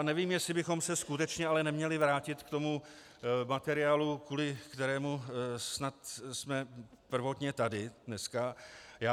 Nevím, jestli bychom se skutečně ale neměli vrátit k tomu materiálu, kvůli kterému snad jsme prvotně dneska tady.